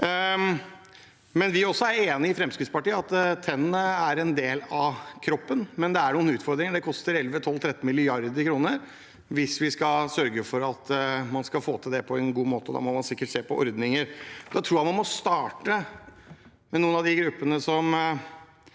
av dem. Vi i Fremskrittspartiet er enig i at tennene er en del av kroppen, men det er noen utfordringer. Det koster 11, 12, 13 mrd. kr hvis vi skal sørge for at man skal få det til på en god måte. Da må man sikkert se på ordninger. Jeg tror man må starte med noen av de gruppene som